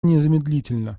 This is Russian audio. незамедлительно